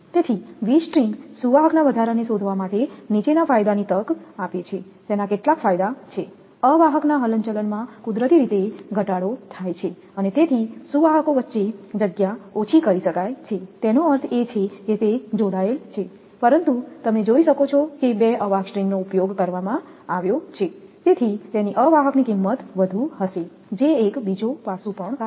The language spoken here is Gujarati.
તેથી વી સ્ટ્રિંગ સુવાહકના વધારાને શોધવા માટે નીચેના ફાયદાની તક આપે છે તેના કેટલાક ફાયદા છે અવાહકના હલનચલનમાં કુદરતી રીતે ઘટાડો થાય છે અને તેથી સુવાહકો વચ્ચે જગ્યા ઓછી કરી શકાય છે તેનો અર્થ એ છે કે તે જોડાયેલ છે પરંતુ તમે જોઈ શકો છો કે બે અવાહક સ્ટ્રિંગ નો ઉપયોગ કરવામાં આવ્યો છે તેથી તેની અવાહકની કિંમત વધુ હશે જે એક બીજો પાસું પણ છે બરાબર